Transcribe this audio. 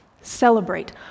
celebrate